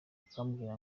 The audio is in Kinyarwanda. akambwira